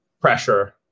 pressure